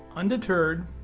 undeterred,